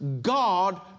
God